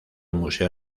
museo